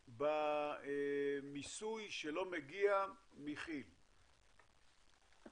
במיסוי שלא מגיע מכיל ׁׁ(כימיקלים לישראל).